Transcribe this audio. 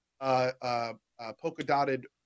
polka-dotted